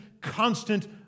constant